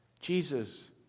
Jesus